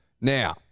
Now